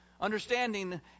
understanding